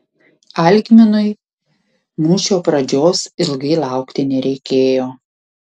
algminui mūšio pradžios ilgai laukti nereikėjo